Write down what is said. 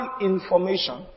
information